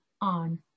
on